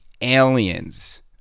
Aliens